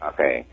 Okay